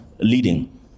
leading